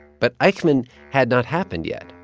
but eichmann had not happened yet.